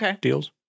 deals